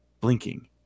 blinking